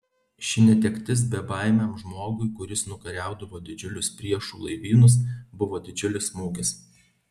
ši netektis bebaimiam žmogui kuris nukariaudavo didžiulius priešų laivynus buvo didžiulis smūgis